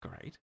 great